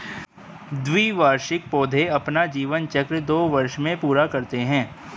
द्विवार्षिक पौधे अपना जीवन चक्र दो वर्ष में पूरा करते है